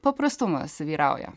paprastumas vyrauja